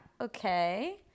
okay